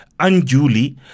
unduly